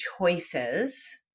choices